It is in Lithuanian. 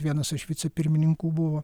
vienas iš vicepirmininkų buvo